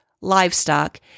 livestock